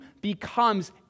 becomes